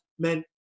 meant